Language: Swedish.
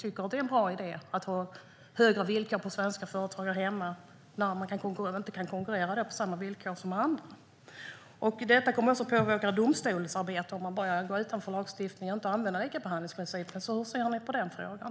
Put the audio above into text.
Tycker ni att det är en bra idé att ha hårdare villkor för svenska företag här hemma när de då inte kan konkurrera på samma villkor som andra? Det kommer att påverka domstolsarbetet om man börjar gå utanför lagstiftningen och inte använder likabehandlingsprincipen. Hur ser ni på den frågan?